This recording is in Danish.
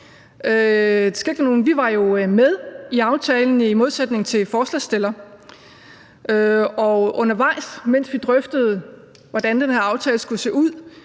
Vi var jo med i aftalen i modsætning til forslagsstillerne, og undervejs, mens vi drøftede, hvordan den her aftale skulle se ud,